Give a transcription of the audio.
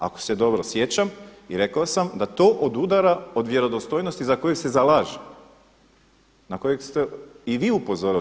Ako se dobro sjećam i rekao sam da to odudara od vjerodostojnosti za koju se zalaže, na kojeg ste i vi upozorili.